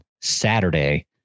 Saturday